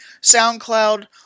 SoundCloud